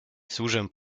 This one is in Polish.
służę